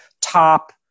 top